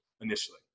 initially